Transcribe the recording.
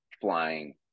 flying